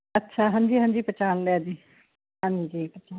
ਹਾਂਜੀ ਹਾਂਜੀ ਪਹਿਚਾਣ ਲਿਆ ਜੀ ਹਾਂਜੀ ਪਹਿਚਾਣ ਲਿਆ